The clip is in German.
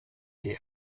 her